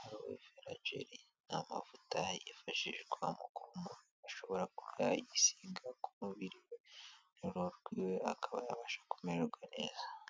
Aloe vera gelly. Ni amavuta yifashishwa mu kuba umuntu ashobora koga, akayisiga ku mubiri we. Uruhu rwiwe akaba yabasha kumererwa neza.